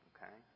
Okay